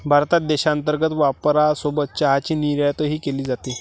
भारतात देशांतर्गत वापरासोबत चहाची निर्यातही केली जाते